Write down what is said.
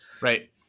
Right